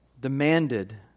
demanded